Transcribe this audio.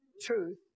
Truth